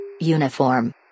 Uniform